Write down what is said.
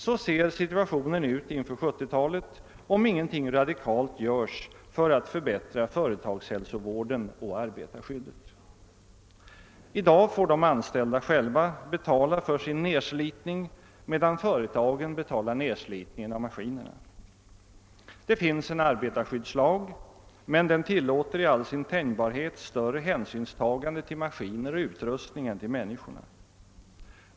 Så ser situationen ut inför 1970-talet, om ingenting radikalt görs för att förbättra företagshälsovården och arbetarskyddet. I dag får de anställda själva betala för sin nedslitning, medan företagen betalar nedslitningen av maskinerna. Det finns en arbetarskyddslag, men den tillåter i all sin tänjbarhet större hänsynstagande till maskiner och utrustning än till människorna.